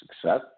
success